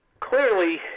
clearly